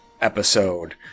episode